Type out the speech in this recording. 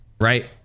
right